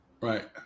right